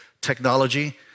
technology